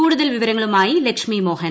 കൂടുതൽ വിവരങ്ങളുമായി ലക്ഷ്മി മോഹൻ